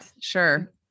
Sure